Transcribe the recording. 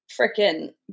freaking